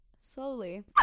slowly